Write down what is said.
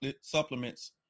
supplements